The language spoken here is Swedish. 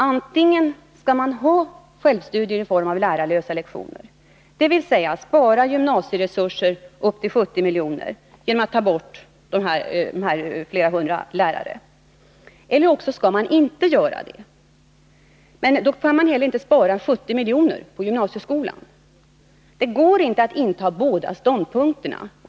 Antingen skall man ha självstudier i form av lärarlösa lektioner, dvs. spara gymnasieresurser upp till 70 milj.kr. genom att ta bort flera hundra lärare, eller också skall man inte göra det — men då kan man inte heller spara 70 milj.kr. inom gymnasieskolan. Det går inte att inta båda ståndpunkterna.